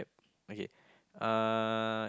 okay uh